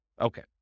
Okay